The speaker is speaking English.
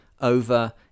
over